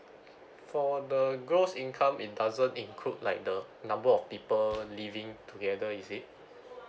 for the gross income it doesn't include like the number of people living together is it